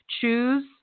Choose